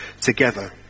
together